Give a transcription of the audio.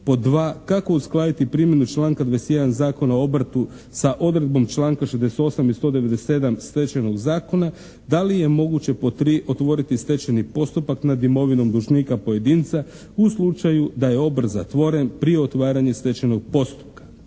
Pod dva, kako uskladiti primjenu članka 21. Zakona o obrtu sa odredbom članka 68. i 197. Stečajnog zakona. Da li je moguće pod tri otvoriti stečajni postupak nad imovinom dužnika pojedinca u slučaju da je obrt zatvoren prije otvaranja stečajnog postupka.